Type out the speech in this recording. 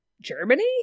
Germany